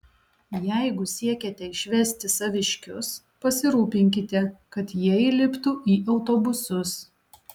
jeigu siekiate išvesti saviškius pasirūpinkite kad jie įliptų į autobusus